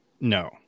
no